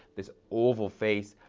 this oval face,